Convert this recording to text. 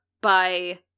by-